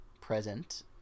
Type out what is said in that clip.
present